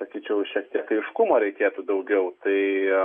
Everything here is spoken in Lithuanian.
atidžiau šiek tiek aiškumo reikėtų daugiau tai